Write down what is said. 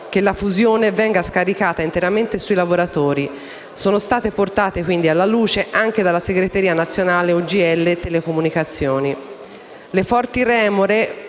che la fusione venga scaricata interamente sui lavoratori, sono state portate alla luce anche dalla segreteria nazionale UGL Telecomunicazioni.